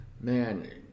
Man